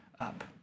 up